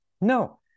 No